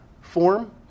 form